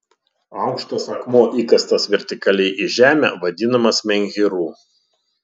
aukštas akmuo įkastas vertikaliai į žemę vadinamas menhyru